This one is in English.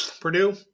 Purdue